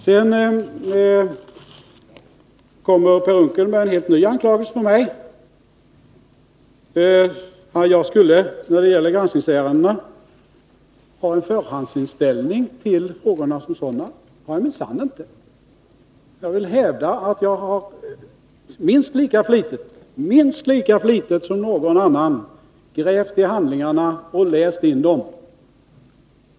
Sedan kommer Per Unckel med en helt ny anklagelse mot mig. Jag skulle när det gäller granskningsärendena ha en förhandsinställning till frågorna som sådana. Det har jag minsann inte. Jag vill hävda att jag minst lika flitigt som någon annan har grävt i handlingarna och läst in dem.